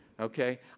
Okay